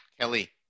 Kelly